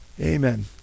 Amen